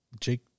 Jake